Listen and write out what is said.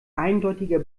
eindeutiger